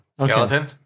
skeleton